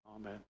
Amen